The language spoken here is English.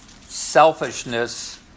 selfishness